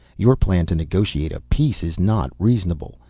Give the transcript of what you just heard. your plan to negotiate a peace is not reasonable.